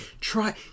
Try